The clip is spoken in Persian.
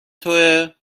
تویه